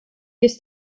this